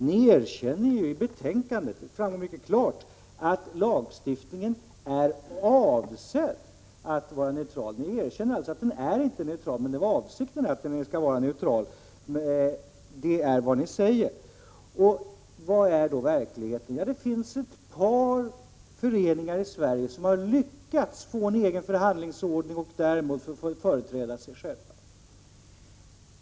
Ni erkänner ju i betänkandet — det framgår mycket klart — att lagstiftningen är avsedd att vara neutral. Ni erkänner alltså att den inte är neutral, men avsikten är att den skall vara neutral. Det är vad ni säger. Hur ser då verkligheten ut? Det finns ett par föreningar i Sverige som lyckats få en egen förhandlingsordning och därmed få företräda sig själva.